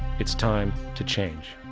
it's time to change.